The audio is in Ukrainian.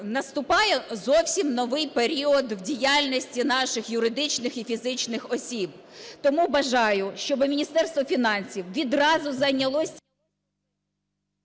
наступає зовсім новий період в діяльності наших юридичних і фізичних осіб. Тому бажаю, щоби Міністерство фінансів відразу зайнялось…